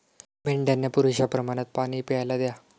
मेंढ्यांना पुरेशा प्रमाणात पाणी प्यायला द्या